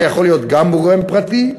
שיכול להיות גם גורם פרטי,